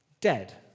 dead